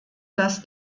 dass